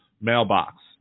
mailbox